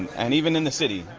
and even in the city,